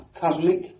cosmic